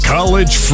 College